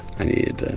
i needed